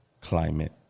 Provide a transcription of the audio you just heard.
climate